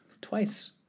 Twice